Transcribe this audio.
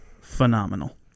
phenomenal